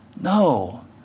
No